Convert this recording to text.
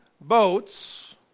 boats